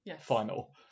final